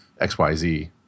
xyz